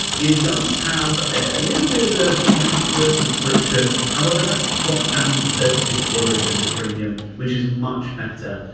it does have a little bit of a pricier subscription. however, that's dropped down to thirty six dollars as a premium which is much better.